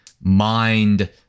mind